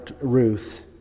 Ruth